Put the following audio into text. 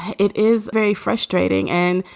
it is very frustrating. and,